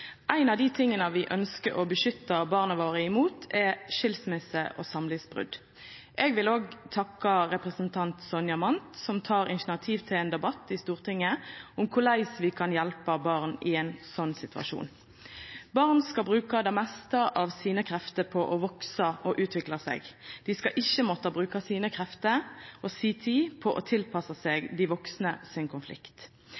vi ønskjer å beskytta barna våre mot, er skilsmisse og samlivsbrot. Eg vil takka representanten Sonja Mandt som tek initiativ til ein debatt i Stortinget om korleis vi kan hjelpa barn i ein slik situasjon. Barn skal bruka det meste av kreftene sine på å veksa og utvikla seg. Dei skal ikkje måtta bruka krefter og tid på å